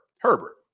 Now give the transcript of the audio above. Herbert